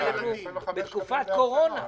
אנחנו הרי בתקופת קורונה.